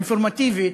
אינפורמטיבית,